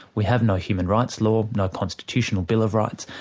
we have no human rights law, no constitutional bill of rights,